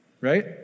Right